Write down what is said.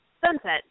Sunset